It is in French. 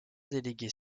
délégués